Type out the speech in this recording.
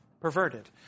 perverted